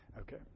Okay